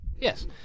Yes